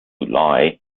lie